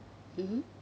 mmhmm